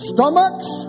Stomachs